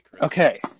Okay